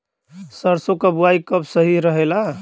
सरसों क बुवाई कब सही रहेला?